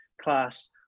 class